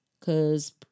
Cause